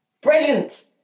Brilliant